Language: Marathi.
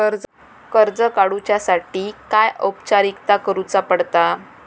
कर्ज काडुच्यासाठी काय औपचारिकता करुचा पडता?